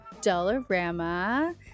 Dollarama